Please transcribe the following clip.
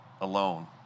alone